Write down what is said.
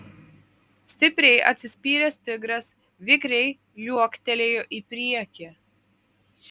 stipriai atsispyręs tigras vikriai liuoktelėjo į priekį